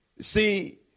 see